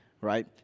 right